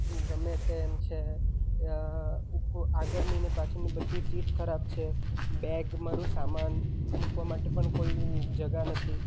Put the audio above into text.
ગમે તેમ છે ઉપ આગળની ને પાછળની બધી જ સીટ ખરાબ છે બેગ મારો સામાન મૂકવા માટે પણ કોઈની જગ્યા નથી